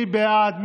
מי בעד?